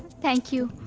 thank you.